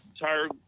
entire